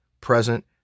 present